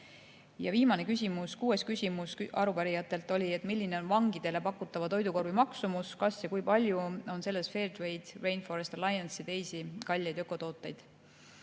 Viimane, kuues küsimus arupärijatelt oli: "Milline on vangidele pakutava toidukorvi maksumus ja kas ja kui palju on selles FairTrade, Rainforest Alliance ja teisi kalleid ökotooteid?"